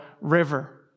River